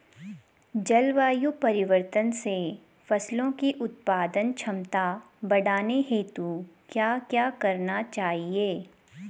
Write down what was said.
जलवायु परिवर्तन से फसलों की उत्पादन क्षमता बढ़ाने हेतु क्या क्या करना चाहिए?